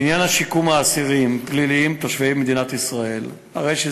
לעניין שיקום אסירים פליליים תושבי מדינת ישראל: זה